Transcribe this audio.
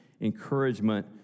encouragement